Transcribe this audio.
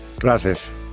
Gracias